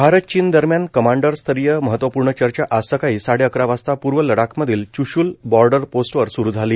भारत चीन दरम्यान कमांडरस्तरीय महत्त्वपूर्ण चर्चा आज सकाळी साडेअकरा वाजता पूर्व लडाखमधील च्श्ल बॉर्डर पोस्टवर स्रू झाली